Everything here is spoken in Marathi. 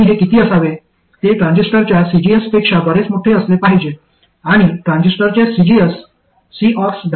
आणि हे किती असावे ते ट्रान्झिस्टरच्या cgs पेक्षा बरेच मोठे असले पाहिजे आणि ट्रान्झिस्टरचे cgs CoxWL चे ऑर्डर आहेत